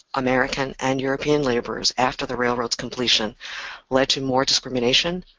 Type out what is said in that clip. american, and european laborers after the railroad's completion led to more discrimination,